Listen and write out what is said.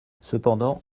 cependant